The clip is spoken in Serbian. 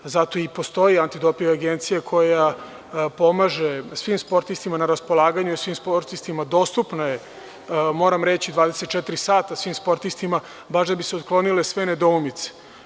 Zato i postoji Antidoping agencija koja pomaže svim sportistima, na raspolaganju je svim sportistima, dostupna je, moram reći, 24 sata svim sportistima, baš da bi se otklonile sve nedoumice.